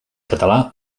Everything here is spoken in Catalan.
català